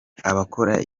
abakora